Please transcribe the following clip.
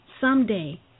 someday